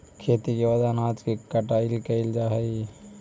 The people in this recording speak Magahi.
खेती के बाद अनाज के कटाई कैल जा हइ